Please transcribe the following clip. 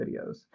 videos